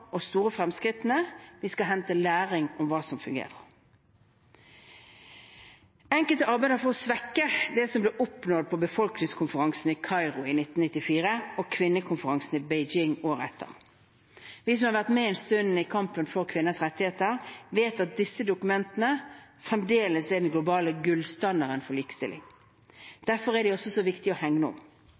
og store fremskrittene vi skal hente læring om hva som fungerer. Enkelte arbeider for å svekke det som ble oppnådd på befolkningskonferansen i Kairo i 1994 og på kvinnekonferansen i Beijing året etter. Vi som har vært med en stund i kampen for kvinners rettigheter, vet at disse dokumentene fremdeles er den globale gullstandarden for likestilling. Derfor er de også så viktige å hegne om.